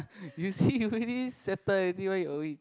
you see already settle everything why you always